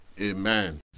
amen